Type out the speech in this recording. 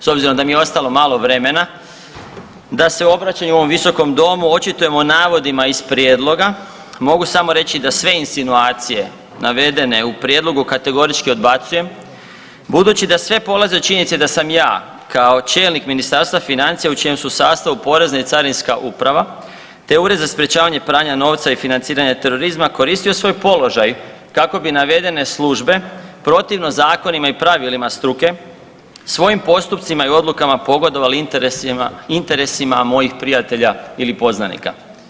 S obzirom da mi je ostalo malo vremena da se u obraćanju ovom visokom domu očitujem o navodima iz prijedloga mogu samo reći da sve insinuacije navedene u prijedlogu kategorički odbacujem budući da sve polazi od činjenice da sam ja kao čelnik Ministarstva financija u čijem su sastavu Porezna i Carinska uprava te Ured za sprječavanje pranja novca i financiranje terorizma koristio svoj položaj kako bi navedene službe protivno zakonima i pravilima struke svojim postupcima i odlukama pogodovali interesima mojih prijatelja ili poznanika.